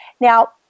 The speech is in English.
Now